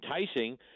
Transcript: enticing